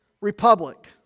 Republic